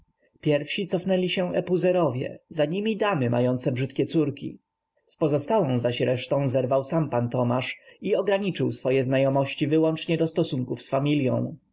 pierwsi cofnęli się epuzerowie za nimi damy mające brzydkie córki z pozostałą zaś resztą zerwał sam pan tomasz i ograniczył swoje znajomości wyłącznie do stosunków z